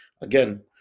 again